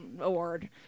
Award